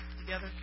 together